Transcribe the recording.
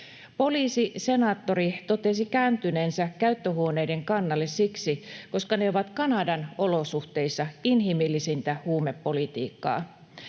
Poliisi-senaattori totesi kääntyneensä käyttöhuoneiden kannalle siksi, että ne ovat Kanadan olosuhteissa inhimillisintä huumepolitiikkaa.